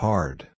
Hard